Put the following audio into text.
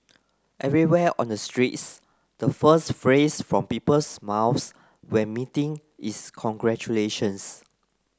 everywhere on the streets the first phrase from people's mouths when meeting is congratulations